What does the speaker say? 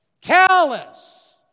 callous